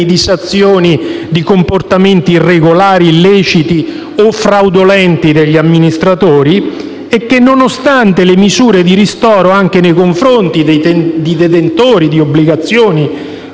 di sanzioni dei comportamenti irregolari, illeciti o fraudolenti degli amministratori e che, nonostante le misure di ristoro anche nei confronti dei detentori di obbligazioni